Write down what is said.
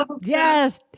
Yes